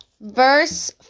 Verse